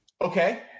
Okay